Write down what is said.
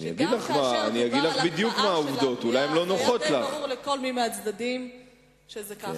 גם כאשר דובר על הקפאה של הבנייה היה די ברור לכל אחד מהצדדים שזה כך.